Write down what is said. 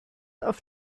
auf